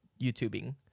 youtubing